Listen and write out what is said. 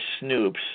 snoops